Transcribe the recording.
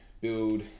build